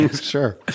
Sure